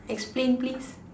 explain please